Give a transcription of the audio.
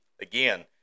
again